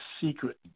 secret